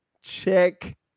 check